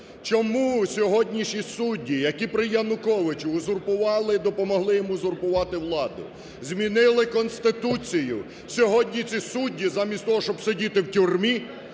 Чому сьогоднішні судді, які при Януковичі узурпували, допомогли йому узурпувати владу, змінили Конституцію, сьогодні ці судді замість того, щоб сидіти в тюрмі,